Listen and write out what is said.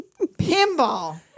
pinball